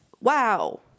Wow